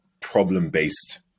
problem-based